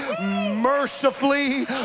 Mercifully